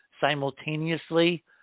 simultaneously